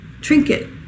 trinket